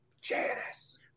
Janice